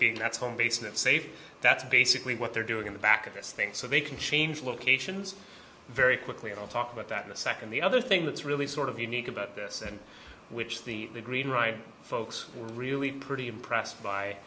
being that's home base in a safe that's basically what they're doing in the back of this thing so they can change locations very quickly i'll talk about that in a second the other thing that's really sort of unique about this and which the green ride folks were really pretty impressed by